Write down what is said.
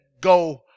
go